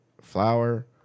flour